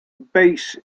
base